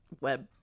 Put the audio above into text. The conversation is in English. web